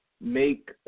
make